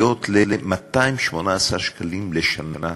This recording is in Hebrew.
מהצד יכולים לפרש